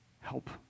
help